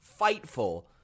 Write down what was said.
Fightful